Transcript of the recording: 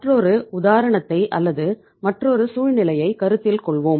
மற்றொரு உதாரணத்தை அல்லது மற்றொரு சூழ்நிலையை கருத்தில் கொள்வோம்